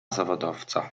zawodowca